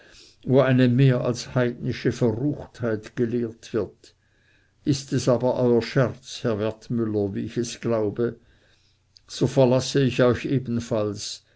wo eine mehr als heidnische verruchtheit gelehrt wird ist es aber euer scherz herr wertmüller wie ich es glaube so verlasse ich euch ebenfalls